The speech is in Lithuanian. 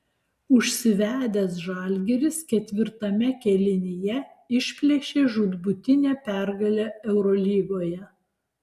užsivedęs žalgiris ketvirtame kėlinyje išplėšė žūtbūtinę pergalę eurolygoje